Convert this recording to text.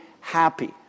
happy